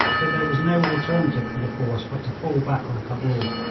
that there was no alternative for the force but to fall back on cabul,